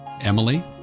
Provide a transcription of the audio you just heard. emily